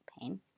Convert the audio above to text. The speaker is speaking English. pain